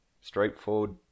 straightforward